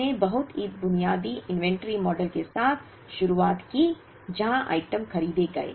हमने बहुत ही बुनियादी इन्वेंट्री मॉडल के साथ शुरुआत की जहां आइटम खरीदे गए